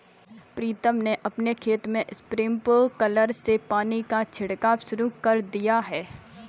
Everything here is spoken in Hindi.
प्रीतम ने अपने खेत में स्प्रिंकलर से पानी का छिड़काव शुरू कर दिया है